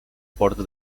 porta